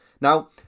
Now